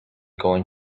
going